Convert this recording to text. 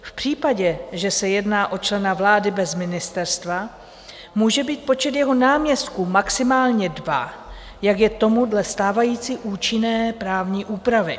V případě, že se jedná o člena vlády bez ministerstva, může být počet jeho náměstků maximálně dva, jak je tomu dle stávající účinné právní úpravy.